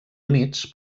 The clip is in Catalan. units